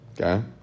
Okay